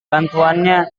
bantuannya